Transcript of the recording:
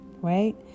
right